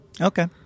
Okay